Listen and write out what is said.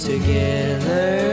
together